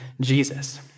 Jesus